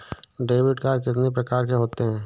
Debit card कितनी प्रकार के होते हैं?